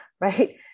right